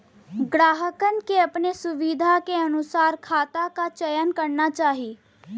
ग्राहकन के अपने सुविधा के अनुसार खाता क चयन करना चाही